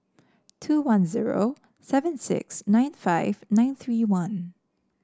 two one zero seven six nine five nine three one